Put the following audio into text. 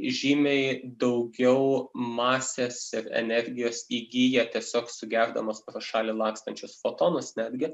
žymiai daugiau masės ir energijos įgyja tiesiog sugerdamos pro šalį lakstančius fotonus netgi